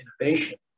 innovation